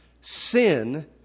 sin